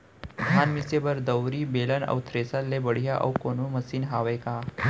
धान मिसे बर दउरी, बेलन अऊ थ्रेसर ले बढ़िया अऊ कोनो मशीन हावे का?